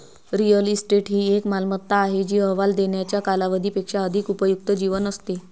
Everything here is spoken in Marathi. रिअल इस्टेट ही एक मालमत्ता आहे जी अहवाल देण्याच्या कालावधी पेक्षा अधिक उपयुक्त जीवन असते